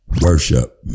worship